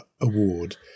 Award